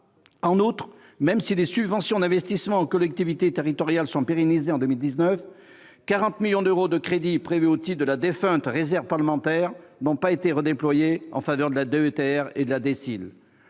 En outre, même si les subventions d'investissement aux collectivités territoriales sont pérennisées en 2019, 40 millions d'euros de crédits prévus au titre de la défunte réserve parlementaire n'ont pas été redéployés en faveur de la DETR et de la DSIL.